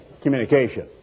communication